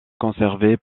conservées